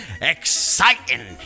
exciting